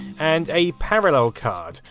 and a parallel card,